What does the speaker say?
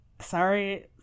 sorry